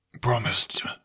Promised